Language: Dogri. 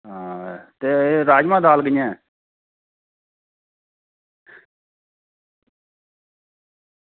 ते आं राजमांह् दाल कि'यां ऐ